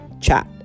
chat